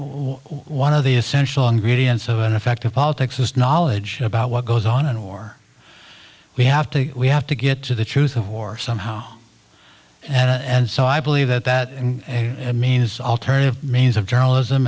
one of the essential ingredients of an effective politics is knowledge about what goes on in war we have to we have to get to the truth of war somehow and so i believe that that means alternative means of journalism